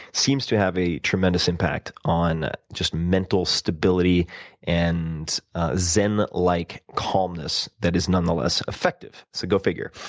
seems to have a tremendous impact on just mental stability and zen-like like calmness that is nonetheless effective. so go figure.